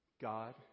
God